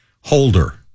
holder